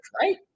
right